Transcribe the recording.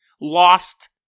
Lost